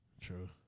True